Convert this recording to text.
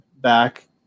back